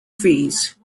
fees